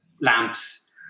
lamps